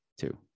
Two